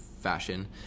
fashion